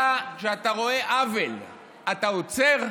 שכשאתה רואה עוול אתה עוצר,